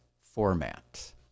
format